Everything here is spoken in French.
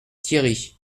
thiéry